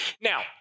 Now